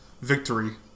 victory